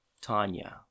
tanya